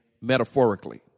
metaphorically